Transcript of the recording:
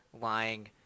lying